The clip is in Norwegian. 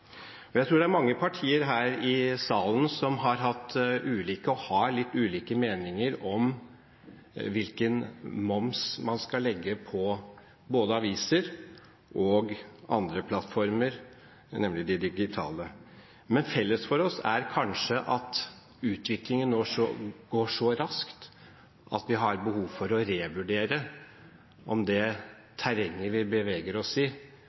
mange partier her i salen som har hatt og har litt ulike meninger om hvilken moms man skal legge på både aviser og andre plattformer, nemlig de digitale. Men felles for oss er kanskje at utviklingen nå går så raskt at vi har behov for å revurdere om det terrenget vi beveger oss i,